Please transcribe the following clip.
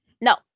No